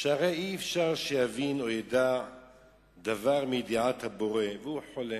שהרי אי-אפשר שיבין או ידע דבר מידיעת הבורא והוא חולה"